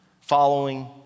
following